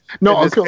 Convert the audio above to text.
No